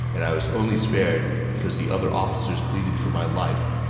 and i was only spared because the other officers pleaded for my life.